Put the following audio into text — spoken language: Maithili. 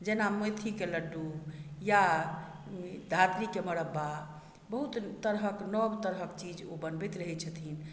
जेना मैथी कऽ लड्डू या धात्रिके मरब्बा बहुत तरहक नव तरहक चीज ओ बनबैत रहै छथिन